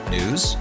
news